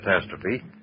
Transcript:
catastrophe